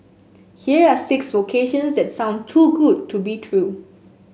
here are six vocations that sound too good to be true